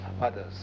others